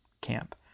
camp